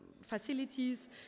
facilities